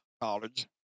college